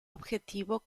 objetivo